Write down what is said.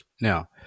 Now